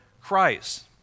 Christ